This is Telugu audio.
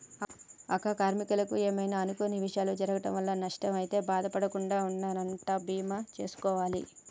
అక్క కార్మీకులకు ఏమైనా అనుకొని విషయాలు జరగటం వల్ల నష్టం అయితే బాధ పడకుండా ఉందనంటా బీమా సేసుకోవాలి